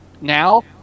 now